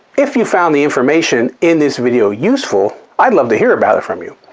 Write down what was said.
if you found the information in this video useful, i'd love to hear about it from you.